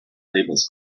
labels